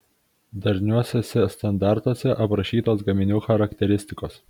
darniuosiuose standartuose aprašytos gaminių charakteristikos